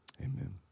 amen